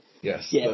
Yes